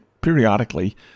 periodically